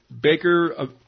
Baker